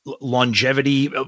longevity